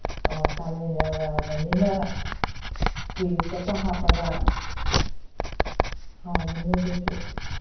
ꯑꯧ ꯀꯥꯂꯦꯟ ꯌꯧꯔꯛꯑꯕꯅꯤꯅ ꯐ꯭ꯔꯤꯖꯗꯒ ꯍꯥꯞꯄꯒ ꯍꯥꯎꯕꯅꯦ ꯑꯗꯨꯁꯨ